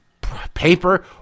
paper